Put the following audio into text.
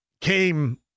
came